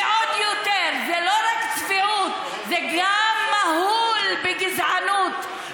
ועוד יותר, זו לא רק צביעות, זה גם מהול בגזענות.